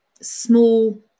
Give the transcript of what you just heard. small